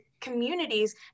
communities